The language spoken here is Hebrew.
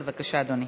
בבקשה, אדוני.